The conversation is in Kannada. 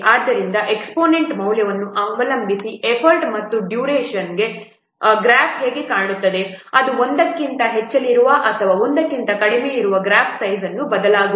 ಆದ್ದರಿಂದ ಎಕ್ಸ್ಪೋನೆಂಟ್ ಮೌಲ್ಯವನ್ನು ಅವಲಂಬಿಸಿ ಎಫರ್ಟ್ ಮತ್ತು ಡ್ಯುರೇಷನ್ಗೆ ಗ್ರಾಫ್ ಹೇಗೆ ಕಾಣುತ್ತದೆ ಅದು 1 ಕ್ಕಿಂತ ಹೆಚ್ಚಿರಲಿ ಅಥವಾ 1 ಕ್ಕಿಂತ ಕಡಿಮೆಯಿರಲಿ ಗ್ರಾಫ್ ಸೈಜ್ ಬದಲಾಗುತ್ತದೆ